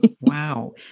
wow